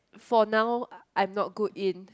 for now I'm not good in